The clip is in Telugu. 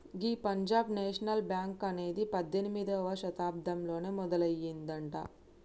గీ పంజాబ్ నేషనల్ బ్యాంక్ అనేది పద్దెనిమిదవ శతాబ్దంలోనే మొదలయ్యిందట